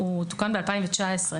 הוא תוקן ב-2019.